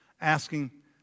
asking